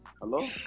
Hello